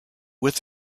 with